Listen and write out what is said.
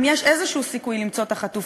אם יש סיכוי כלשהו למצוא את החטופים,